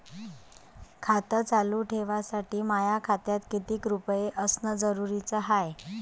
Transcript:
खातं चालू ठेवासाठी माया खात्यात कितीक रुपये असनं जरुरीच हाय?